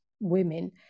women